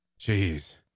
Jeez